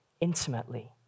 intimately